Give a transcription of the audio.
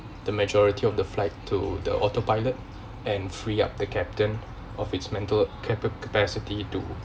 the majority of the flight to the autopilot and free up the captain of its mental capa~ capacity to